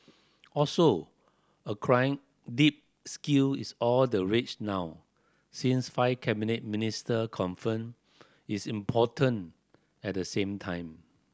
also acquiring deep skill is all the rage now since five cabinet minister confirmed its important at the same time